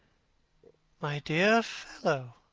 my dear fellow,